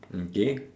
mm K